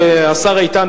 שפקפקו השר איתן,